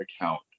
account